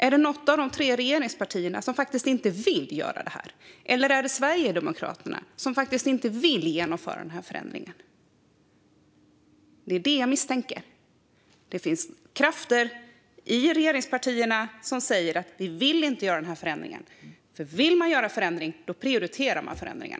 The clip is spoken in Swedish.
Är det något av de tre regeringspartierna som faktiskt inte vill göra detta - eller är det Sverigedemokraterna som inte vill genomföra den här förändringen? Det är det jag misstänker. Jag misstänker att det finns krafter i regeringspartierna som inte vill göra denna förändring. Vill man göra en förändring prioriterar man nämligen den.